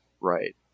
Right